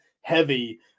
heavy